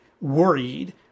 worried